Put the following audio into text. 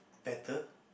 better